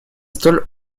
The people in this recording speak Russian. столь